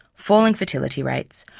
falling fertility rates,